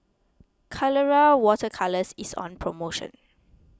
Colora Water Colours is on promotion